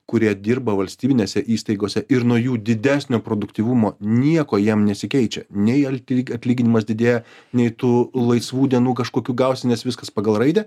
kurie dirba valstybinėse įstaigose ir nuo jų didesnio produktyvumo nieko jiem nesikeičia nei altik atlyginimas didėja nei tų laisvų dienų kažkokių gausi nes viskas pagal raidę